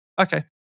Okay